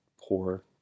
poor